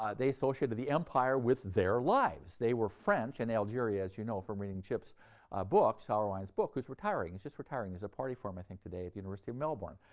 ah they associated the empire with their lives. they were french, and algeria as you know from reading chip's book, sauwerwein's book who's retiring, he's just retiring, there's a party for him i think today at the university of melbourne